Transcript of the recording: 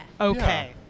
Okay